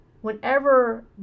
whenever